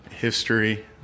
history